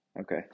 Okay